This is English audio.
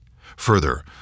Further